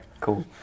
cool